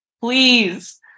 please